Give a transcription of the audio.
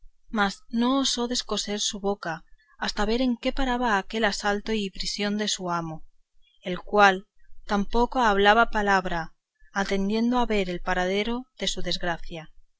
mas no osó descoser su boca hasta ver en qué paraba aquel asalto y prisión de su amo el cual tampoco hablaba palabra atendiendo a ver el paradero de su desgracia